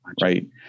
right